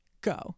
go